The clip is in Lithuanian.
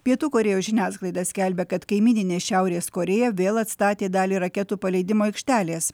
pietų korėjos žiniasklaida skelbia kad kaimyninė šiaurės korėja vėl atstatė dalį raketų paleidimo aikštelės